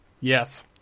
Yes